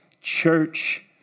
church